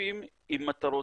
ספציפיים עם מטרות